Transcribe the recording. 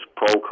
pro